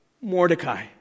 Mordecai